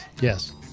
Yes